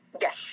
Yes